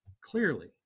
clearly